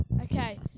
Okay